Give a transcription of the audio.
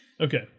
Okay